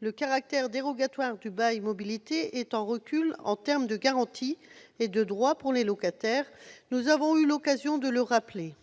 Le caractère dérogatoire du bail mobilité est un recul en termes de garanties et de droits pour les locataires, comme nous avons eu l'occasion de le rappeler.